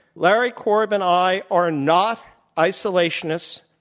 larry korb and i are not isolationists,